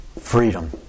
Freedom